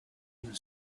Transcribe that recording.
and